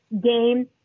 game